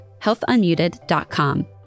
healthunmuted.com